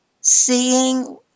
seeing